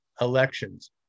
elections